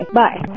bye